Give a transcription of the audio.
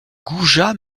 goujats